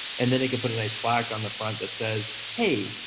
and then they could put a nice plaque on the front that says, hey,